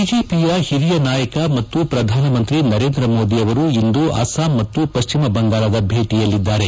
ಬಿಜೆಪಿಯ ಹಿರಿಯ ನಾಯಕ ಮತ್ತು ಪ್ರಧಾನಮಂತ್ರಿ ನರೇಂದ್ರ ಮೋದಿ ಇಂದು ಅಸ್ಲಾಂ ಮತ್ತು ಪತ್ಯಮ ಬಂಗಾಳದ ಭೇಟಿಯಲ್ಲಿದ್ದಾರೆ